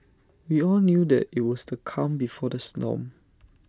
we all knew that IT was the calm before the snow